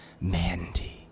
Mandy